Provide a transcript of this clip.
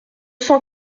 cent